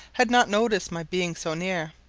had not noticed my being so near,